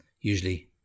usually